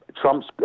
Trump's